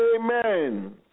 Amen